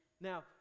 Now